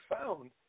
found